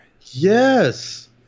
Yes